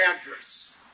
address